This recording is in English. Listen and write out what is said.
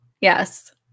Yes